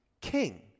king